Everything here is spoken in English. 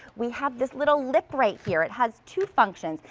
we have this little lip right here. it has two functions.